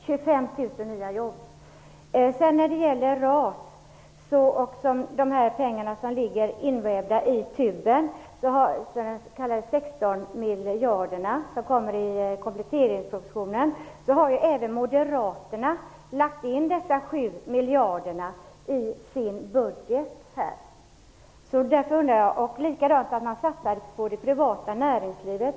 Apropå RAS och de pengar som ligger invävda i tuben, de sexton miljarderna som kommer i kompletteringspropositionen, har även moderaterna lagt in 7 miljarder i sin budget. Likadant är det med det man satsar på det privata näringslivet.